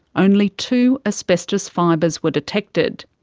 only two asbestos fibres were detected.